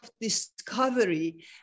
discovery